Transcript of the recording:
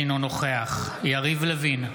אינו נוכח יריב לוין,